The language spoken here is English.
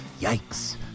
Yikes